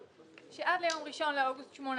נקבע מתווה הסדרה עד לאחד באוגוסט 18',